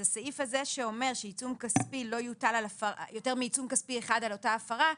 הסעיף הזה שאומר שלא יוטל יותר מעיצום כספי על הפרה אחת,